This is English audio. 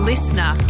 Listener